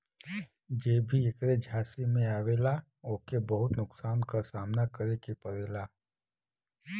जे भी ऐकरे झांसे में आवला ओके बहुत नुकसान क सामना करे के पड़ेला